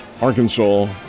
Arkansas